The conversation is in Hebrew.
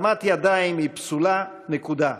הרמת ידיים היא פסולה, נקודה.